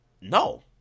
No